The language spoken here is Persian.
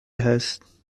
هست